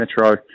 Metro